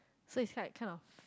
so is like kinds of